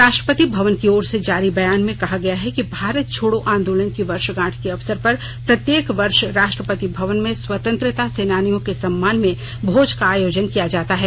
राष्ट्रापति भवन की ओर से जारी बयान में कहा गया है कि भारत छोड़ो आंदोलन की वर्षगांठ के अवसर पर प्रत्येक वर्ष राष्ट्रपति भवन में स्वमतंत्रता सेनानियों के सम्मान में भोज का आयोजन किया जाता है